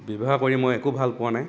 ব্যৱহাৰ কৰি মই একো ভাল পোৱা নাই